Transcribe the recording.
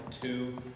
two